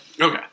Okay